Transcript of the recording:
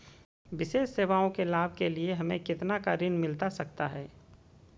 विशेष सेवाओं के लाभ के लिए हमें कितना का ऋण मिलता सकता है?